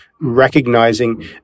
recognizing